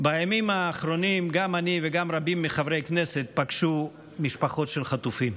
שבימים האחרונים גם אני וגם רבים מחברי הכנסת פגשו משפחות של חטופים.